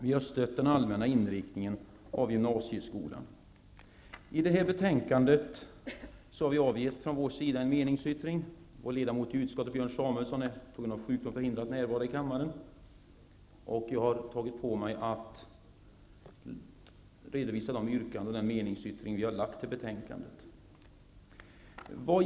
Vi har stött den allmänna inriktningen av gymnasieskolan. Till detta betänkande har vi avgett en meningsyttring. Vår ledamot i utskottet Björn Samuelson är på grund av sjukdom förhindrad att närvara i kammaren, och jag har tagit på mig att redovisa de yrkanden och den meningsyttring som vi har avgett till betänkandet.